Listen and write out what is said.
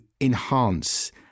enhance